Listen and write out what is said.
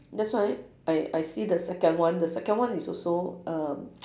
that's why I I see the second one the second one is also uh